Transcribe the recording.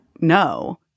no